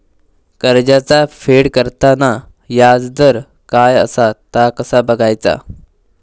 कर्जाचा फेड करताना याजदर काय असा ता कसा बगायचा?